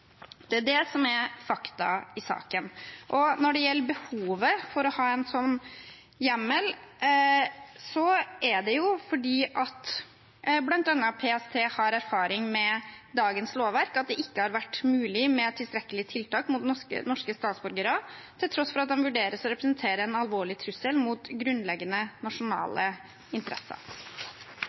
er faktum i saken. Når det gjelder behovet for å ha en sånn hjemmel, er det fordi bl.a. PST har erfaring med at det med dagens lovverk ikke har vært mulighet for tilstrekkelige tiltak mot norske statsborgere, til tross for at de vurderes å representere en alvorlig trussel mot grunnleggende nasjonale interesser.